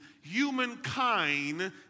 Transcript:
humankind